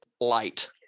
light